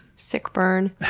sick burn.